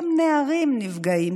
גם נערים נפגעים,